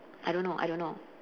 I don't know I don't know